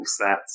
stats